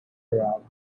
around